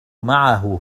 معه